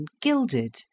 gilded